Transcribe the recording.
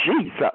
Jesus